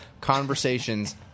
conversations